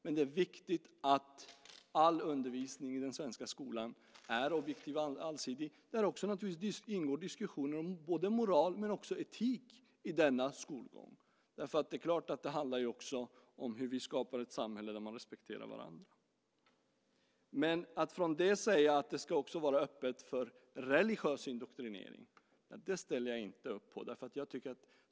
Men det är viktigt att all undervisning i den svenska skolan är objektiv och allsidig och att det ingår diskussioner om både moral och etik i denna skolgång eftersom det helt klart också handlar om hur vi skapar ett samhälle där människor respekterar varandra. Men att därifrån gå till att säga att skolan ska vara öppen också för religiös indoktrinering är något som jag inte ställer upp på.